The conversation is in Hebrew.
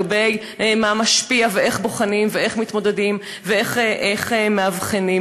לגבי מה משפיע ואיך בוחנים ואיך מתמודדים ואיך מאבחנים.